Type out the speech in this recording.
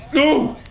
ooh